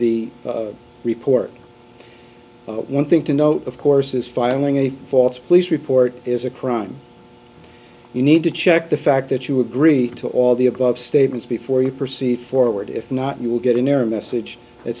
the report but one thing to note of course is filing a false police report is a crime you need to check the fact that you agree to all the above statements before you proceed forward if not you will get an error message that